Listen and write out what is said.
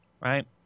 right